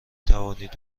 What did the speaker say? توانید